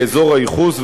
באזור הייחוס,